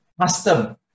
custom